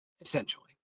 essentially